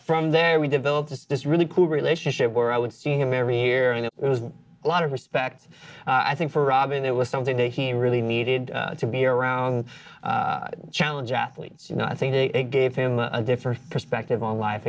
from there we developed this really cool relationship where i would see him every year and it was a lot of respect i think for rob and it was something that he really needed to be around challenge athletes you know i think it gave him a different perspective on life